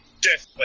death